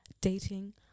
dating